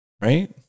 Right